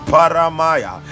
Paramaya